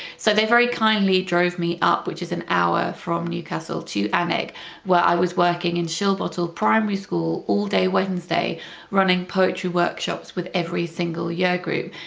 so they very kindly drove me up which is an hour from newcastle to alnwick where i was working in shilbottle primary school all day wednesday running poetry workshops with every single year group.